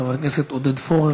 חבר הכנסת עודד פורר,